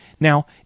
Now